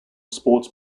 sports